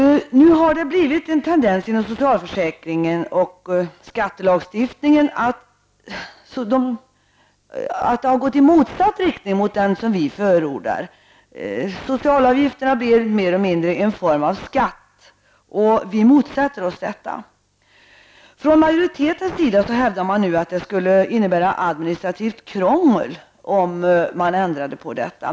Numera finns det en tendens inom socialförsäkringssystemet och skattelagstiftningen till en utveckling motsatt den som vi förordar. Socialavgifterna tenderar att mer eller mindre bli en form av skatt, något som vi motsätter oss. Från majoritetens sida hävdas det att det skulle innebära ett administrativt krångel om man ändrade på detta.